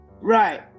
right